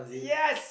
yes